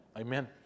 amen